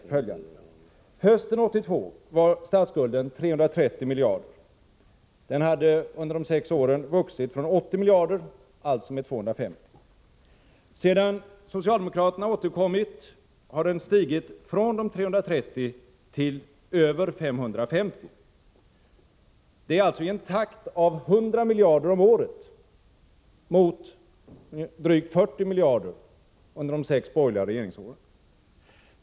Hösten 1982 var statsskulden 330 miljarder. Den hade under de sex åren vuxit från 80 miljarder, dvs. med 250. Sedan socialdemokraterna återkom till regeringsmakten har den stigit från de 330 till över 550 miljarder. Det är alltså en takt på 100 miljarder om året, mot drygt 40 miljarder under de sex borgerliga regeringsåren.